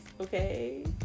okay